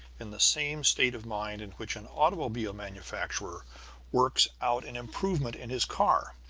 in the same state of mind in which an automobile manufacturer works out an improvement in his car.